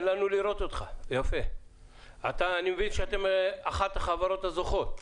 אני מבין שאתם אחת מהחברות הזוכות.